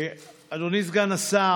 אדוני סגן השר,